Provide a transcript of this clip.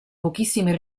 pochissime